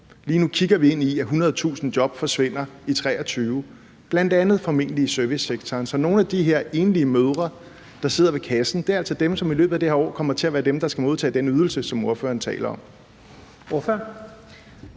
Lige nu kigger vi ind i, at 100.000 job forsvinder i 2023, bl.a. formentlig i servicesektoren. Så nogle af de her enlige mødre, der sidder ved kassen, er altså dem, som i løbet af det her år kommer til at være dem, der skal modtage den ydelse, som ordføreren taler om.